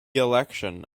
election